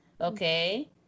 okay